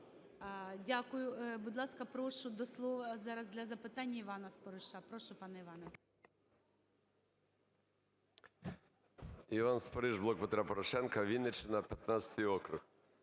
Дякую. Будь ласка, прошу до слова зараз для запитання Івана Спориша. Прошу, пане Іване. 11:11:16 СПОРИШ І.Д. Іван Спориш, "Блок Петра Порошенка", Вінниччина, 15 округ.